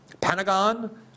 Pentagon